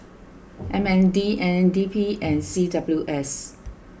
M N D N D P and C W S